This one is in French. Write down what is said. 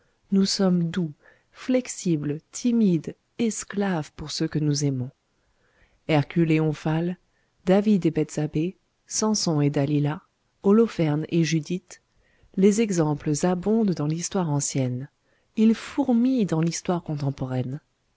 nous sommes doux flexibles timides esclaves pour ceux que nous aimons hercule et omphale david et bethzabée samson et dalila holopherne et judith les exemples abondent dans l'histoire ancienne ils fourmillent dans l'histoire contemporaine